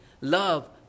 love